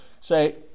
say